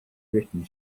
written